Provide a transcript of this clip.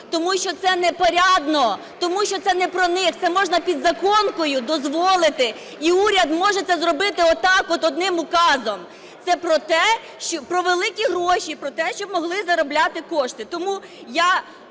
тому що це непорядно, тому що це не про них, це можна підзаконкою дозволити і уряд може це зробити отак от, одним указом. Це про те, про великі гроші, про те, щоб могли заробляти кошти.